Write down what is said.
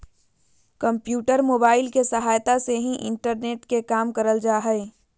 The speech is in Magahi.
कम्प्यूटर, मोबाइल के सहायता से ही इंटरनेट के काम करल जा हय